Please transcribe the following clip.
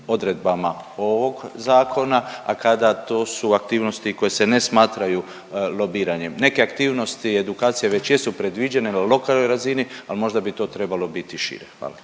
odredbama ovog zakona, a kada to su aktivnosti koje se ne smatraju lobiranjem. Neke aktivnosti i edukacije već jesu predviđene na lokalnoj razini, ali možda bi to trebalo biti i šire. Hvala.